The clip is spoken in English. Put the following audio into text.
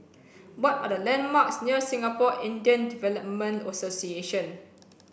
what are the landmarks near Singapore Indian Development Association